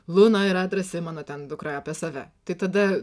luna yra drąsi mano ten dukra apie save tai tada